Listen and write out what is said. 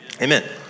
Amen